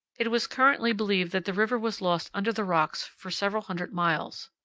it was currently believed that the river was lost under the rocks for several hundred miles.